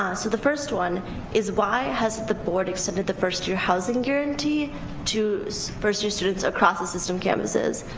so the first one is why hasn't the board extended the first year housing guarantee to so first year students across the system campuses?